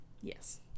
Yes